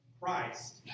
Christ